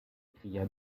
cria